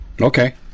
Okay